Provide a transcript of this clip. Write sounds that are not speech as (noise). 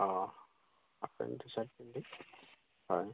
অঁ (unintelligible) হয়